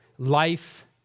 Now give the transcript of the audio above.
Life